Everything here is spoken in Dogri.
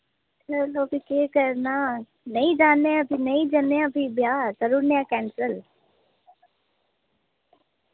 चलो फ्ही केह् करना नेईं जन्ने आं फ्ही नेईं जनेआं फ्ही ब्याह् करी ओड़ने आं कैंसिल